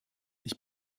ich